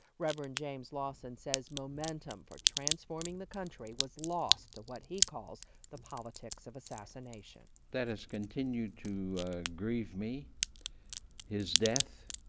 reverend james lawson says momentum for transforming the country was lost to what he calls the politics of assassination that has continued to grieve me his death